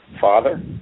Father